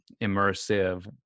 immersive